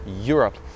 Europe